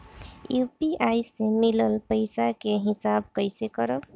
UPI से मिलल पईसा के हिसाब कइसे करब?